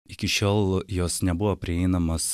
iki šiol jos nebuvo prieinamos